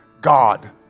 God